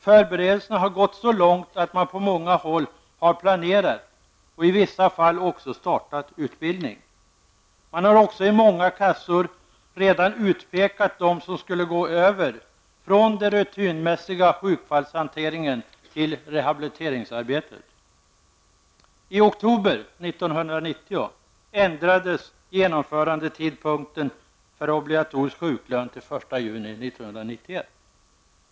Förberedelserna har gått så långt att man på många håll har planerat, i vissa fall också startat utbildning. Man har också i många kassor redan utpekat dem som skulle gå över från den rutinmässiga sjukfallshanteringen till rehabiliteringsarbete. I oktober 1990 ändrades genomförandetidpunkten för obligatorisk sjuklön till 1 juni 1991.